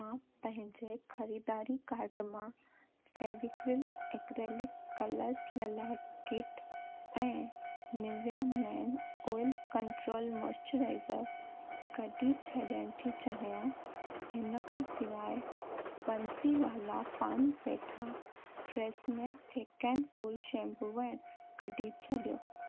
मां पंहिंजे ख़रीददारी कार्ट मां फेविग्रिल एक्रेलिक कलर्स लाइ किट ऐं Nivea men oil control moisturiser कढी छॾणु थी चाहियां हिन खां सवाइ Bansi Wala Paan Petha Tresemme thick and full shampoo व आइल कढी छॾियो